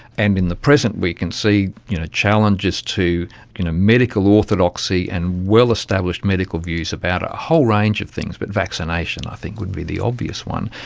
and in the present we can see you know challenges to you know medical orthodoxy and well-established medical views about a whole range of things, but vaccination i think would be the obvious one,